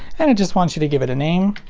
and it just wants you to give it a name.